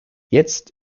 jetzt